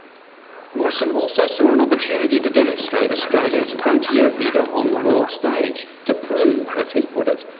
mawson also saw an opportunity to demonstrate australia's frontier vigour on the world stage, to prove, as he put it,